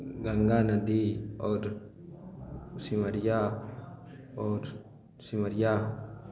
गङ्गा नदी आओर सिमरिया आओर सिमरिया